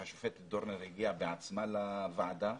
והשופטת דורנר הגיעה בעצמה לוועדה.